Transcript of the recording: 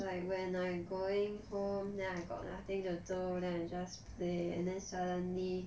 like when I'm going home then I got nothing to do then I just play and then suddenly